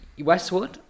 Westwood